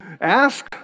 Ask